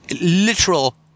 Literal